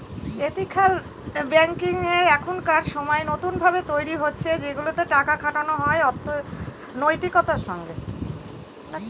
ethical banking এখনকার সময় নতুন ভাবে তৈরী হচ্ছে সেগুলাতে টাকা খাটানো হয় নৈতিকতার সঙ্গে